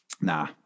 Nah